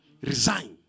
resign